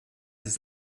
des